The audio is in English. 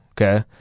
okay